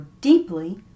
deeply